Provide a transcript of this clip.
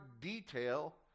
detail